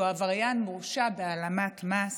שהוא עבריין מורשע בהעלמת מס.